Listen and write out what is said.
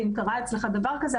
ואם קרה אצלך דבר כזה,